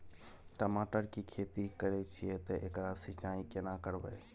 टमाटर की खेती करे छिये ते एकरा सिंचाई केना करबै?